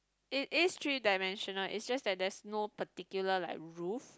it is three dimensional is just that there's no particular like roof